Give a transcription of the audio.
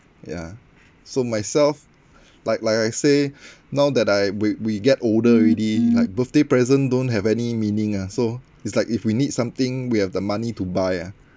ya so myself like like I say now that I we we get older already like birthday present don't have any meaning ah so it's like if we need something we have the money to buy ah